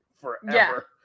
forever